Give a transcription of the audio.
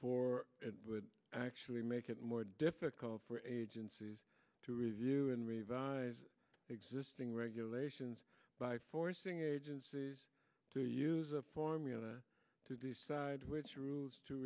for it would actually make it more difficult for agencies to review and revise existing regulations by forcing it to use a formula to decide which rules to